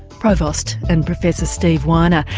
provost and professor, stephen weiner.